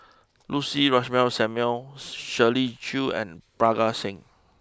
Lucy Ratnammah Samuel Shirley Chew and Parga Singh